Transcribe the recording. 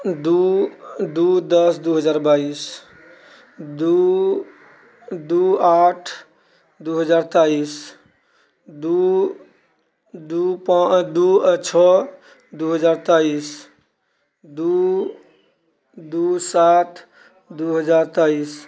दू दू दश दू हजार बाइस दू दू आठ दू हजार तेइस दू दू पाँच दू आ छओ दू हजार तेइस दू दू सात दू हजार तेइस